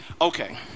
okay